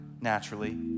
naturally